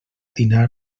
dinar